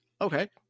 Okay